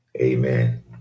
Amen